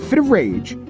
but of rage,